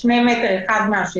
במרחק 2 מטר אחד מהשני.